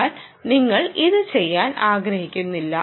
എന്നാൽ നിങ്ങൾ ഇതു ചെയ്യാൻ ആഗ്രഹിക്കുന്നില്ല